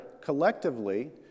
collectively